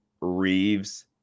Reeves